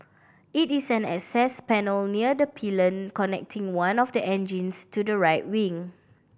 it is an access panel near the pylon connecting one of the engines to the right wing